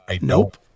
Nope